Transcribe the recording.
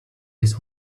his